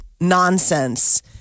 nonsense